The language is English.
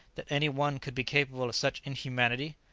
that any one could be capable of such inhumanity?